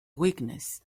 weakness